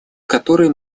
которой